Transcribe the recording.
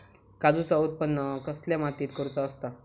काजूचा उत्त्पन कसल्या मातीत करुचा असता?